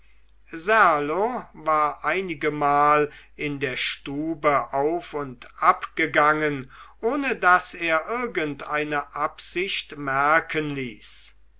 serlo war einigemal in der stube auf und ab gegangen ohne daß er irgendeine absicht merken ließ